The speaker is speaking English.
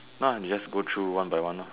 now just go through one by one ah